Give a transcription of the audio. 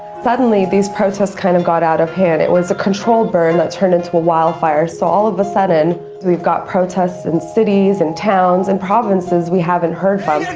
suddenly these protests kind of got out of hand. it was a controlled burn that turned into a wildfire, so all of a sudden we've got protests in cities and towns and provinces we haven't heard from.